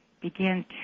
begin